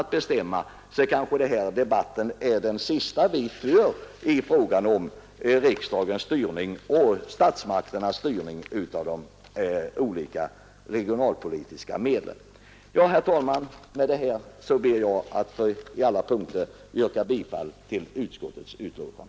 Detta är kanske den sista debatt vi för om riksdagens och statsmakternas styrning av de regionalpolitiska medlen. Herr talman! Med det anförda ber jag att på alla punkter få yrka bifall till utskottets förslag.